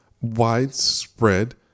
widespread